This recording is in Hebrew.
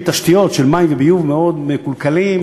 תשתיות של מים וביוב מאוד מקולקלות,